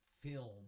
film